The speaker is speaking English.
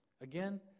Again